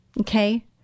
Okay